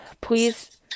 Please